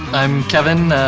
i'm kevin,